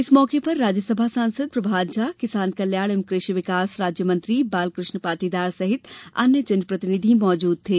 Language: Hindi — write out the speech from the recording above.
इस मौके पर राज्यसभा सांसद प्रभात झा किसान कल्याण एवं कृषि विकास राज्य मंत्री बालकृष्ण पाटीदार सहित अन्य जन प्रतिनिधि उपस्थित थे